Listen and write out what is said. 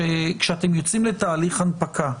למשל, כשאתם יוצאים לתהליך הנפקה,